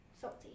salty